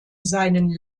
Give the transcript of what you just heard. seinen